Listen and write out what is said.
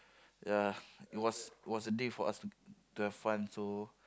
ya it was was a day for us to to have fun so